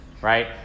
right